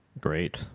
Great